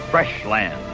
fresh land.